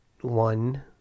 one